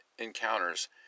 encounters